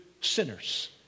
sinners